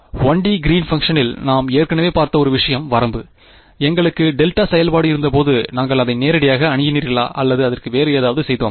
1 D green பங்ஷனில் நாம் ஏற்கனவே பார்த்த ஒரு விஷயம் வரம்பு எங்களுக்கு டெல்டா செயல்பாடு இருந்தபோது நாங்கள் அதை நேரடியாக அணுகினீர்களா அல்லது அதற்கு வேறு ஏதாவது செய்தோமா